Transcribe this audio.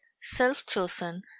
self-chosen